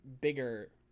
bigger